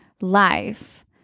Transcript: life